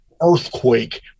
earthquake